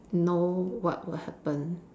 know what will happen